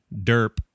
derp